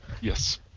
Yes